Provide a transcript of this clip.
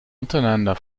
untereinander